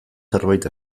zerbait